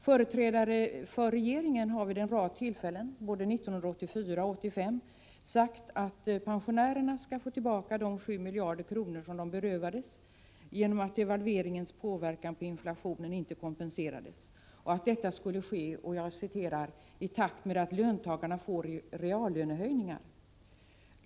Företrädare för regeringen har vid en rad tillfällen, både 1984 och 1985, sagt att pensionärerna skall få tillbaka de 7 miljarder kronor som de berövats genom att devalveringens påverkan på inflationen inte kompenserats och att detta skulle ske ”i takt med att löntagarna får reallönehöjningar”.